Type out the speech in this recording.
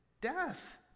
Death